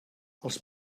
els